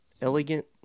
Elegant